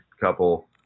couple